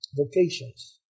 vocations